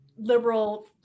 liberal